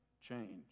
change